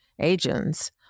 agents